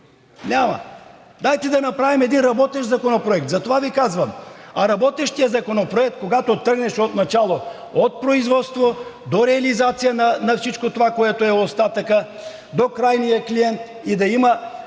Няма. Дайте да направим един работещ законопроект – това Ви казвам. А работещият законопроект е когато тръгнеш отначало – от производството до реализацията на всичко това, което е остатък, до крайния клиент и по